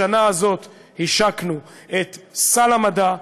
השנה הזאת השקנו את סל המדע,